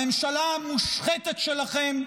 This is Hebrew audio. הממשלה המושחתת שלכם,